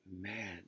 Man